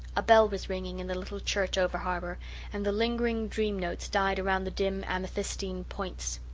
a bell was ringing in the little church over-harbour and the lingering dream-notes died around the dim, amethystine points.